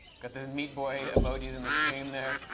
got those meat boy emojis in the stream there.